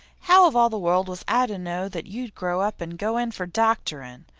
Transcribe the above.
how of all the world was i to know that you'd grow up and go in for doctorin'?